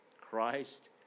Christ